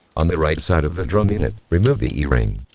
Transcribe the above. on the right side of the drum unit, remove the e-ring.